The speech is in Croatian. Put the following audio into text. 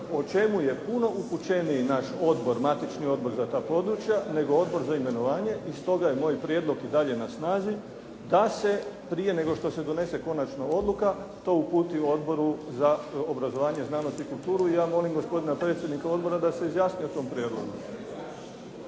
se ne razumije./ ... naš odbor, matični odbor za ta područja nego Odbor za imenovanje. I stoga je moj prijedlog i dalje na snazi, da se prije nego što se donese konačna odluka to uputi Odboru za obrazovanje, znanost i kulturu. Ja molim gospodina predsjednika Odbora da se izjasni o tom prijedlogu.